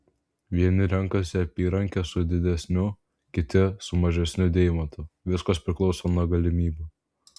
vieni renkasi apyrankę su didesniu kiti su mažesniu deimantu viskas priklauso nuo galimybių